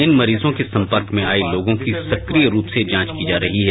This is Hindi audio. इन मरीजों के सम्पर्क में आए लोगों की सक्रिय रूप से जांच की जा रही है